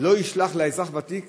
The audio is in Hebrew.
לא ישלח לאזרח הוותיק